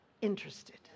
interested